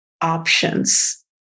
options